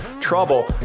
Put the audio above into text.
trouble